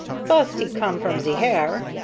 fust he come from ze hair,